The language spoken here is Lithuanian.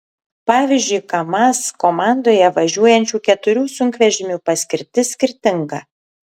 pavyzdžiui kamaz komandoje važiuojančių keturių sunkvežimių paskirtis skirtinga